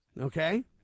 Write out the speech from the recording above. Okay